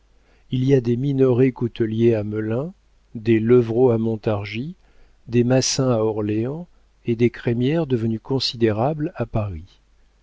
il y a des minoret couteliers à melun des levrault à montargis des massin à orléans et des crémière devenus considérables à paris